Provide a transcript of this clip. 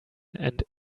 and